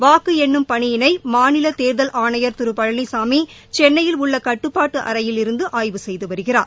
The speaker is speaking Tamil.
வாக்கு எண்ணும் பணியினை மாநில தேர்தல் ஆணையர் திரு பழனிசாமி சென்னையில் உள்ள கட்டுப்பாட்டு அறையில் இருந்து ஆய்வு செய்து வருகிறார்